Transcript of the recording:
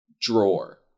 drawer